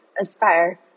aspire